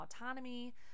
autonomy